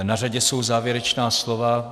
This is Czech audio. Na řadě jsou závěrečná slova.